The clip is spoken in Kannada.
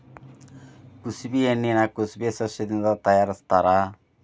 ಕುಸಬಿ ಎಣ್ಣಿನಾ ಕುಸಬೆ ಸಸ್ಯದಿಂದ ತಯಾರಿಸತ್ತಾರ